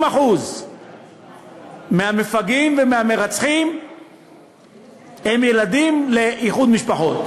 70% מהמפגעים ומהמרצחים הם ילדים לאיחוד משפחות,